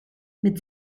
mit